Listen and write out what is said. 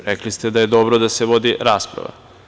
Rekli ste da je dobro da se vodi rasprava.